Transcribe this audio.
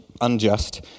unjust